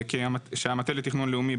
שהמטה לתכנון לאומי,